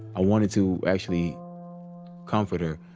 i wanted to actually comfort her,